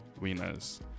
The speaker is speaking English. winners